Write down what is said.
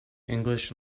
english